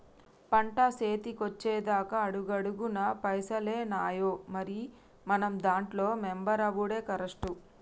పంట సేతికొచ్చెదాక అడుగడుగున పైసలేనాయె, మరి మనం దాంట్ల మెంబరవుడే కరెస్టు